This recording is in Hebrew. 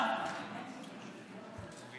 אני אתן לך תשובה.